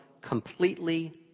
completely